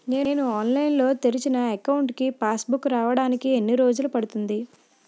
నేను ఆన్లైన్ లో తెరిచిన అకౌంట్ కి పాస్ బుక్ రావడానికి ఎన్ని రోజులు పడుతుంది?